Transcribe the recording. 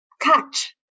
catch